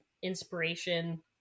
inspiration